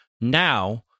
now